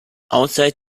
outside